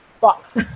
box